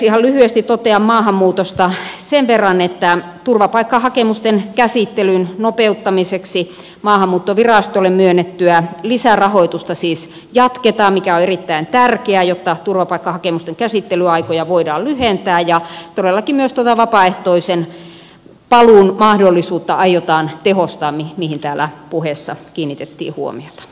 ihan lyhyesti totean maahanmuutosta sen verran että turvapaikkahakemusten käsittelyn nopeuttamiseksi maahanmuuttovirastolle myönnettyä lisärahoitusta siis jatketaan mikä on erittäin tärkeää jotta turvapaikkahakemusten käsittelyaikoja voidaan lyhentää ja todellakin myös tuota vapaaehtoisen paluun mahdollisuutta aiotaan tehostaa mihin täällä puheissa kiinnitettiin huomiota